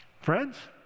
Friends